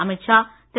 Amit Shah Thiru